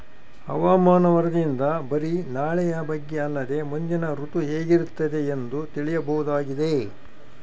ಹವಾಮಾನ ವರದಿಯಿಂದ ಬರಿ ನಾಳೆಯ ಬಗ್ಗೆ ಅಲ್ಲದೆ ಮುಂದಿನ ಋತು ಹೇಗಿರುತ್ತದೆಯೆಂದು ತಿಳಿಯಬಹುದಾಗಿದೆ